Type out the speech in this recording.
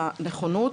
על הנכונות.